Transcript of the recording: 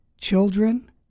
children